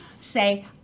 say